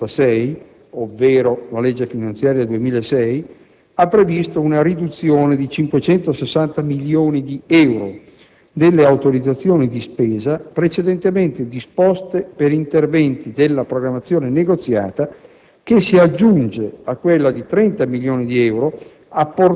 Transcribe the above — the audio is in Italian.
La legge 23 dicembre 2005, n. 266, ovvero la legge finanziaria 2006, ha previsto una riduzione di 560 milioni di euro delle autorizzazioni di spesa precedentemente disposte per interventi della programmazione negoziata,